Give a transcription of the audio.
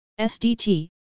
SDT